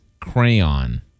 crayon